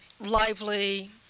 lively